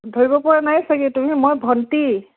ধৰিব পৰা নাই ছাগৈ তুমি মই ভণ্টী